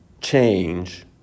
change